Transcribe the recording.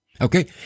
okay